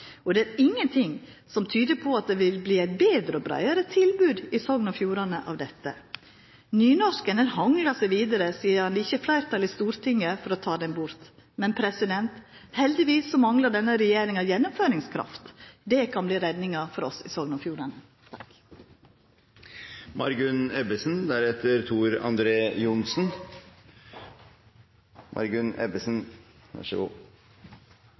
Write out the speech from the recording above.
og det er ingenting som tyder på at det vil verta eit betre og breiare tilbod i Sogn og Fjordane av dette. Nynorsken hanglar seg vidare sidan det ikkje er fleirtal i Stortinget for å ta han bort. Men heldigvis manglar denne regjeringa gjennomføringskraft. Det kan verta redninga for oss i Sogn og